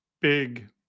big